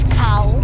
cow